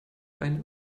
ein